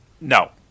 No